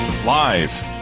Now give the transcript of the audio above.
Live